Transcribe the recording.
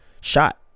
Shot